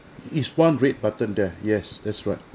is one red button there yes that's right